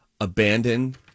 abandon